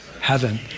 Heaven